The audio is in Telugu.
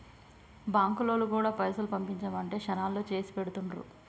బాంకులోల్లు గూడా పైసలు పంపించుమంటే శనాల్లో చేసిపెడుతుండ్రు